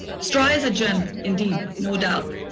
stri is a gem indeed, no doubt.